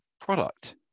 product